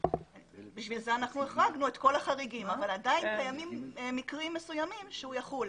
לכן החרגנו את כל החריגים אבל עדיין קיימים מקרים מסוימים שהוא יחול.